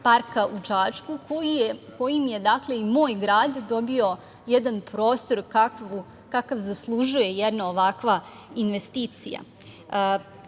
parka u Čačku koji im je, dakle i moj grad, dobio jedan prostor kakav zaslužuje jedna ovakva investicija.